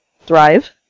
thrive